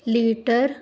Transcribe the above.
litre